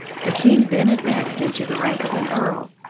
the king then advanced him to the rank of an earl.